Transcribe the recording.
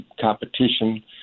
competition